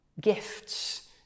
gifts